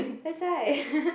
that's why